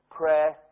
prayer